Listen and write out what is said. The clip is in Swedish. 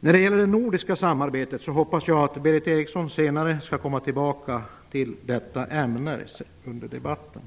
När det gäller det nordiska samarbetet hoppas jag att Berith Eriksson skall komma tillbaka till detta ämne senare under debatten.